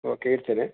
okay ಇಡ್ತೇನೆ